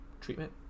treatment